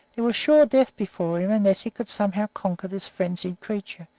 there was sure death before him, unless he could somehow conquer this frenzied creature,